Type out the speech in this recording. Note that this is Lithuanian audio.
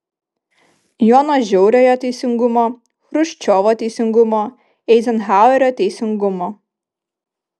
jono žiauriojo teisingumo chruščiovo teisingumo eizenhauerio teisingumo